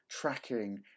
tracking